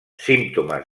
símptomes